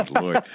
Lord